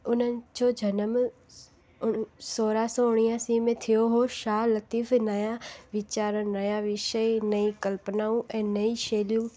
उन्हनि जो जनमु उण सोरहां सौ उणियासी में थियो हो शाह लतीफ़ु नवां वीचार नवां विषय नई कल्पनाऊं ऐं नई शेलियूं